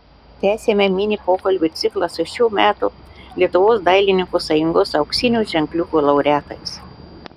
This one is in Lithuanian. tęsiame mini pokalbių ciklą su šių metų lietuvos dailininkų sąjungos auksinių ženkliukų laureatais